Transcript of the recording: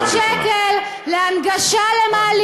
אנחנו עובדים ואתם משקרים,